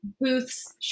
booths